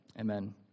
Amen